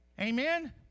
Amen